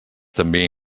també